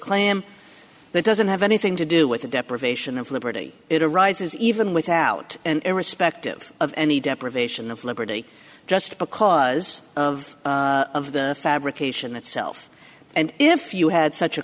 claim that doesn't have anything to do with the deprivation of liberty it arises even without irrespective of any deprivation of liberty just because of of the fabrication itself and if you had such a